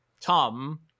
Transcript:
Tom